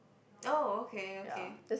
oh okay okay